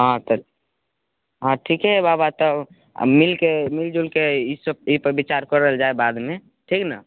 हाँ तऽ हाँ ठीके हय बाबा तऽ आ मिलके मिलजुलके ई पर विचार करल जाय बादमे ठीक हय ने